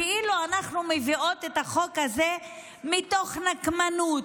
כאילו אנחנו מביאות את החוק הזה מתוך נקמנות,